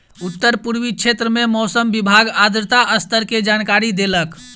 उत्तर पूर्वी क्षेत्र में मौसम विभाग आर्द्रता स्तर के जानकारी देलक